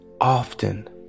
often